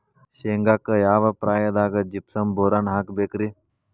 ಶೇಂಗಾಕ್ಕ ಯಾವ ಪ್ರಾಯದಾಗ ಜಿಪ್ಸಂ ಬೋರಾನ್ ಹಾಕಬೇಕ ರಿ?